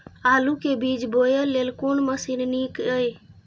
आलु के बीज बोय लेल कोन मशीन नीक ईय?